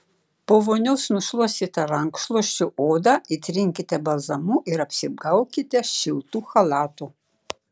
po vonios nušluostytą rankšluosčiu odą įtrinkite balzamu ir apsigaubkite šiltu chalatu